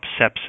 Sepsis